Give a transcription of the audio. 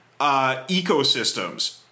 ecosystems